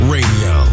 Radio